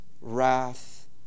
wrath